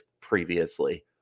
previously